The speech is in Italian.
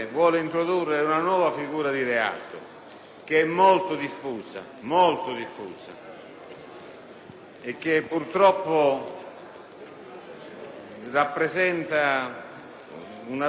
che è molto diffusa, su cui purtroppo vi è una zona d'ombra nel nostro sistema.